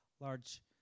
large